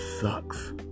sucks